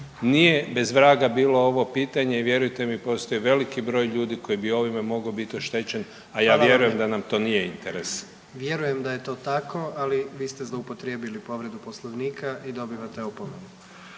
Nije bez vraga bilo ovo pitanje i vjerujte mi postoji veliki broj ljudi koji bi ovime mogao biti oštećen …/Upadica: Hvala vam./… a ja vjerujem da nam to nije interes. **Jandroković, Gordan (HDZ)** Vjerujem da je to tako, ali vi ste zloupotrijebili povredu Poslovnika i dobivate opomenu.